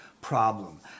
problem